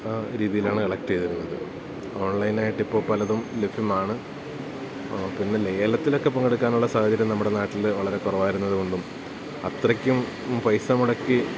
രീതിയിലാണ് കളക്റ്റെയ്തിരുന്നത് ഓൺലൈനായിട്ടിപ്പോള് പലതും ലഭ്യമാണ് പിന്നെ ലേലത്തിലൊക്കെ പങ്കെടുക്കാനുള്ള സാഹചര്യം നമ്മുടെ നാട്ടില് വളരെ കുറവായിരുന്നതുകൊണ്ടും അത്രയ്ക്കും പൈസ മുടക്കി